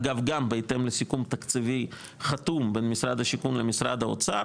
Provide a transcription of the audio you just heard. אגב גם בהתאם לסיכום תקציבי חתום בין משרד השיכון למשרד האוצר